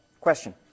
Question